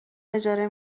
اجاره